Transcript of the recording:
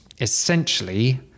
essentially